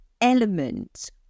element